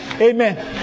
Amen